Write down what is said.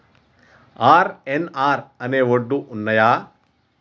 RNR అనే వడ్లు ఉన్నయా?